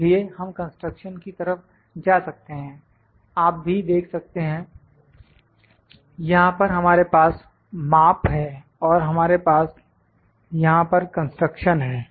इसलिए हम कंस्ट्रक्शन की तरफ जा सकते हैं आप भी देख सकते हैं यहां पर हमारे पास माप है और हमारे पास यहां पर कंस्ट्रक्शन है